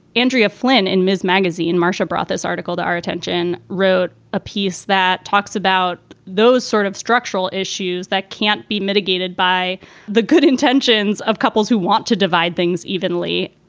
andrea flynn and ms. magazine. marcia brought this article to our attention. wrote a piece that talks about those sort of structural issues that can't be mitigated by the good intentions of couples who want to divide things evenly.